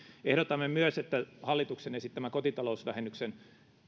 ehdotamme myös että hallituksen esittämä kotitalousvähennyksen